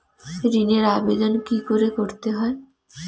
ঋণের আবেদন কি করে করতে হয়?